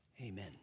Amen